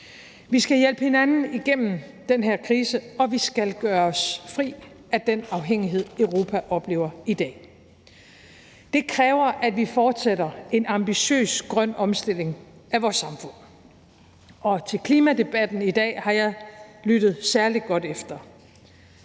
Vi skal hjælpe hinanden igennem den her krise, og vi skal gøre os fri af den afhængighed, Europa oplever i dag. Det kræver, at vi fortsætter en ambitiøs grøn omstilling af vores samfund. Og til klimadebatten i dag har jeg lyttet særlig godt efter.